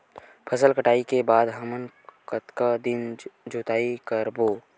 फसल कटाई के बाद हमन कतका दिन जोताई करबो?